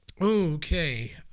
Okay